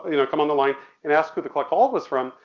you know come on the line and ask who the collect call was from,